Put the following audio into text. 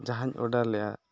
ᱡᱟᱦᱟᱸᱧ ᱚᱰᱟᱨᱞᱮᱫᱼᱟ